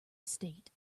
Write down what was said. estate